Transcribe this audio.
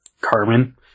Carmen